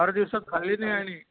फार दिवसात खाल्ली नाही आणि